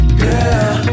girl